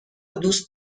دوست